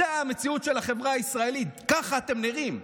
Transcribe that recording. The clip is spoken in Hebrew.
זו המציאות של החברה הישראלית, ככה אתם נראים.